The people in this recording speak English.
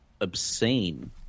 obscene